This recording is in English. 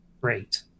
Great